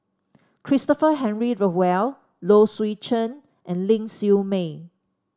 Christopher Henry Rothwell Low Swee Chen and Ling Siew May